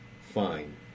fine